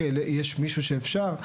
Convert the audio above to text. יש מישהו שאפשר?